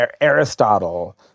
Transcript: Aristotle